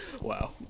Wow